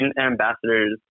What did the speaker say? ambassadors